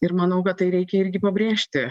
ir manau kad tai reikia irgi pabrėžti